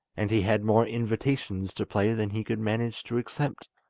and he had more invitations to play than he could manage to accept,